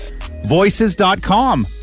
Voices.com